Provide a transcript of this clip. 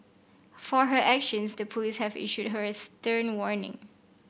for her actions the police have issued her a stern warning